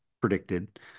predicted